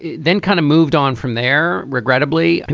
then kind of moved on from there. regrettably,